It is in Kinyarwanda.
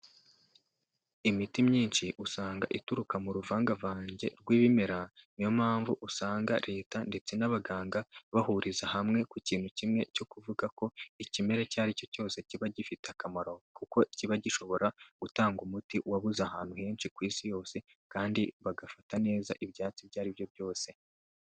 Imiti myinshi usanga ituruka mu ruvangavange rw'ibimera, niyo mpamvu usanga leta ndetse n'abaganga bahuriza hamwe ku kintu kimwe cyo kuvuga ko ikimera icyo aricyo cyose kiba gifite akamaro kuko kiba gishobora gutanga umuti wabuze ahantu henshi ku isi yose, kandi bagafata neza ibyatsi ibyo aribyo byose.